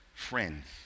friends